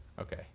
Okay